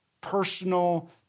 personal